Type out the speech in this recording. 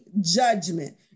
judgment